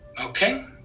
okay